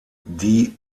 die